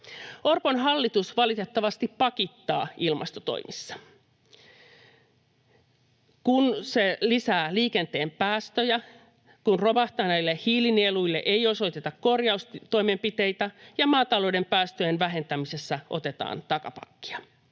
Orpon hallitus valitettavasti pakittaa ilmastotoimissa, kun se lisää liikenteen päästöjä, kun romahtaneille hiilinieluille ei osoiteta korjaustoimenpiteitä ja maatalouden päästöjen vähentämisessä otetaan takapakkia.